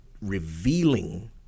revealing